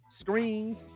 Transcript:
screens